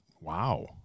wow